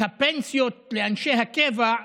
את הפנסיות לאנשי הקבע,